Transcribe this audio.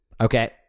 Okay